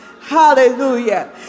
hallelujah